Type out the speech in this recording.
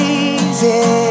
easy